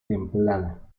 templada